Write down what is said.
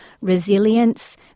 resilience